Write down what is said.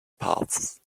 paths